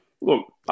Look